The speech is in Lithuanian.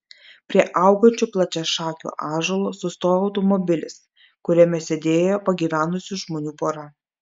prie augančio plačiašakio ąžuolo sustojo automobilis kuriame sėdėjo pagyvenusių žmonių pora